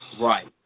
Right